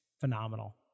phenomenal